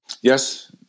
Yes